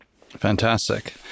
Fantastic